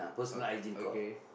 oh okay